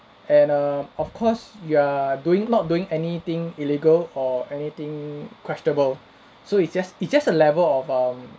and err of course you're doing not doing anything illegal or anything questionable so it's just it's just a level of um